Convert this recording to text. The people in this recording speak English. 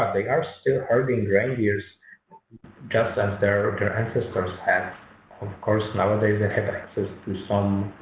they are still hurting reindeers just as their their ancestors have of course nowadays they have access to some